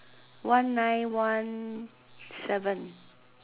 one nine one seven